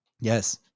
Yes